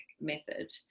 method